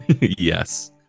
Yes